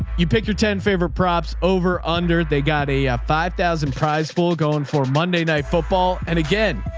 you pick your ten favorite props over, under they got a five thousand prize pool going for monday night football. and again,